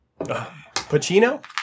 Pacino